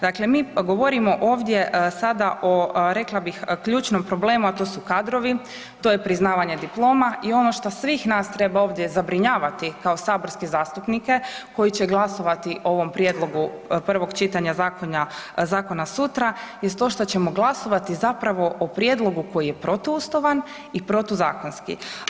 Dakle mi govorimo ovdje sada o rekla bih, ključnom problemu a to su kadrovi, to je priznavanje diploma i ono što svih nas treba ovdje zabrinjavati kao saborske zastupnike koji će glasovat o ovom prijedlogu prvog čitanja zakona sutra jest to što ćemo glasovati zapravo o prijedlogu koji je protuustavan i protuzakonski.